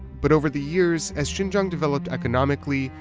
but over the years, as xinjiang developed economically,